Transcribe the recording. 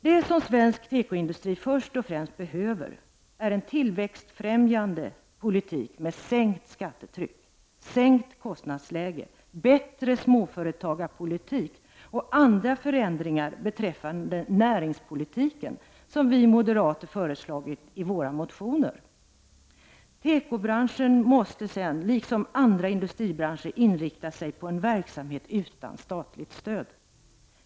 Det som svensk tekoindutri först och främst behöver är en tillväxtfrämjande politik med sänkt skattetryck, sänkt kostnadsläge, bättre småföretagarpolitik och andra förändringar beträffande näringspolitiken som vi moderater har föreslagit i våra motioner. Tekobranschen måste liksom andra industribranscher inrikta sig på en verksamhet utan statligt stöd.